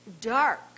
dark